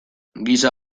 gisa